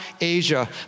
Asia